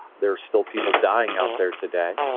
there are still people dying out there today.